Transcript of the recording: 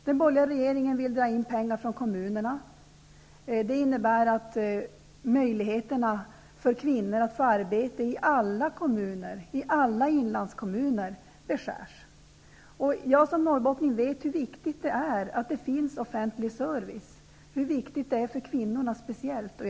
Den borgerliga regeringen vill dra in pengar från kommunerna. Det innebär att möjligheterna för kvinnor att få arbete i alla kommuner, i inlandskommuner, beskärs. Som norrbottning vet jag hur viktigt det är att det finns offentlig service. Jag vet hur viktigt det är för speciellt kvinnorna.